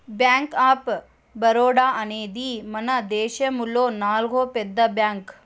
bank of Baroda అనేది మనదేశములో నాల్గో పెద్ద బ్యాంక్